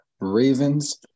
Ravens